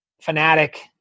fanatic